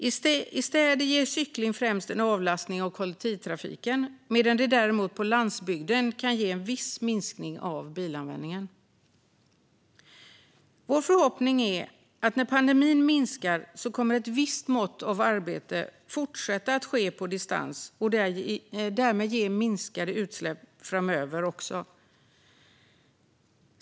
I städer ger cykling främst en avlastning av kollektivtrafiken medan det däremot på landsbygden kan ge en viss minskning av bilanvändningen. Vår förhoppning är att när pandemin avtar kommer ett visst mått av arbete att fortsätta att ske på distans, vilket kan ge minskade utsläpp även framöver.